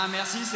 Merci